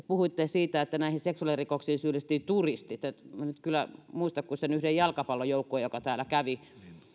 puhuitte siitä että näihin seksuaalirikoksiin syyllistyvät turistit en nyt kyllä muista kuin sen yhden jalkapallojoukkueen joka täällä kävi